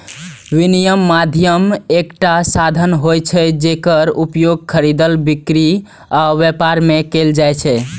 विनिमय माध्यम एकटा साधन होइ छै, जेकर उपयोग खरीद, बिक्री आ व्यापार मे कैल जाइ छै